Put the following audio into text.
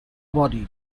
body